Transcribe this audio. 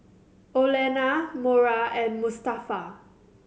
Olena Mora and Mustafa